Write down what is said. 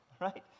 right